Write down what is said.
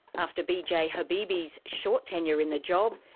after b. j. habibie's short tenure in the job,